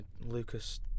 Lucas